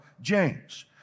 James